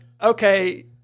okay